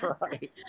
right